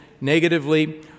negatively